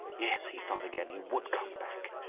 yes, he thought again, he would come back.